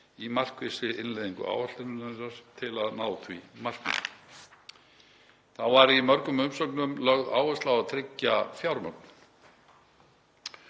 í markvissri innleiðingu áætlunarinnar til að ná því markmiði. Þá var í mörgum umsögnum lögð áhersla á að tryggja fjármögnun